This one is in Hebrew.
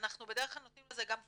אנחנו בדרך כלל נותנים לזה גם פומבי,